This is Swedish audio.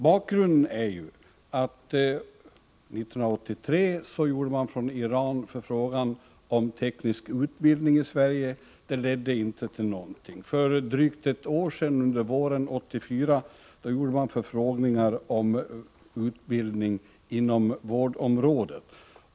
Bakgrunden är följande: 1983 kom det från Iran en förfrågan om teknisk utbildning i Sverige. Denna förfrågan ledde dock inte till någonting. För drygt ett år sedan, under våren 1984, gjorde Iran förfrågningar om utbildningar inom vårdområdet.